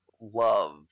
love